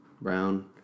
Brown